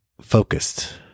focused